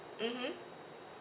mmhmm